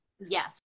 Yes